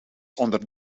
onder